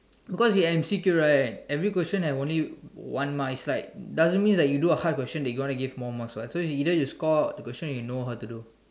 because in M_C_Q right every question have only one mark is like doesn't mean you do a hard question they gonna give more marks what so either you score the questions you know how to do